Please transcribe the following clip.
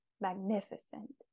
magnificent